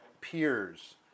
peers